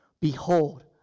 behold